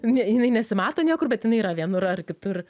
ne jinai nesimato niekur bet jinai yra vienur ar kitur